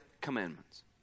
commandments